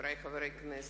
חברי חברי הכנסת,